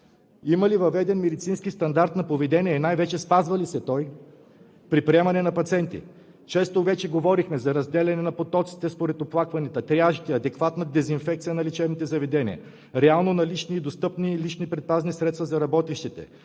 Има ли въведен медицински стандарт на поведение и най-вече спазва ли се той при приемане на пациенти? Често говорихме за разделяне на потоците според оплакванията, триажите, адекватна дезинфекция на лечебните заведения, реално налични и достъпни лични предпазни средства за работещите;